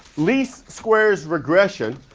leastsquares regression.